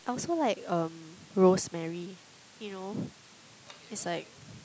I also like um rosemary you know it's like